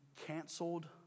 canceled